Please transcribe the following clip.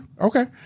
Okay